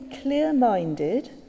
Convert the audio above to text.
clear-minded